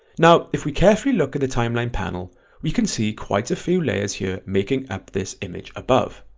now if we carefully look at the timeline panel we can see quite a few layers here making up this image above,